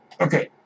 Okay